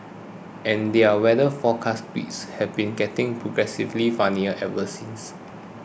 and their weather forecast tweets have been getting progressively funnier ever since